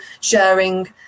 sharing